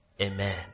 Amen